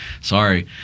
Sorry